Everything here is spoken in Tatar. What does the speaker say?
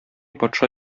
патша